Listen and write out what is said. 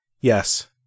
yes